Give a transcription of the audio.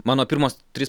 mano pirmos trys